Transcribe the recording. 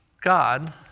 God